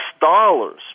dollars